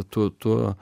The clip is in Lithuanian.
tu tuo